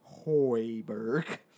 Hoiberg